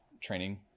training